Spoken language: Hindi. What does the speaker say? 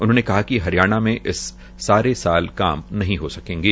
उन्होंने कहा कि हरियाणा में इस सरे काम नहीं हो सकेंगे